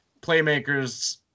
playmakers